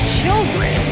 children